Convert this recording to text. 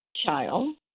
child